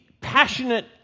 passionate